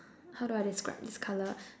how do I describe this color